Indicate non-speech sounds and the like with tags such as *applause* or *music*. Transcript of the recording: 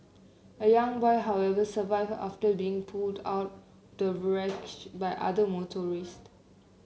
a young boy however survive after being pulled out the *unintelligible* by other motorist